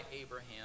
Abraham